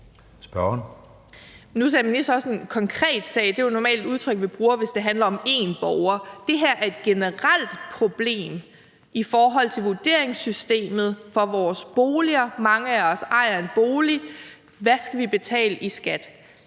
Det her er et generelt problem i forhold til vurderingssystemet for vores boliger. Mange af os ejer en bolig. Hvad skal vi betale i skat?